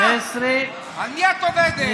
על מי את עובדת?